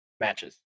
matches